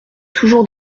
toujours